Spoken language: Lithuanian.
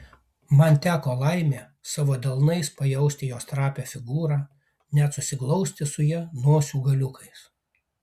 man teko laimė savo delnais pajausti jos trapią figūrą net susiglausti su ja nosių galiukais